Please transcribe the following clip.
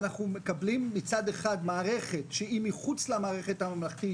שאנחנו מקבלים מצד אחד מערכת שהיא מחוץ למערכת הממלכתית,